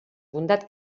bondat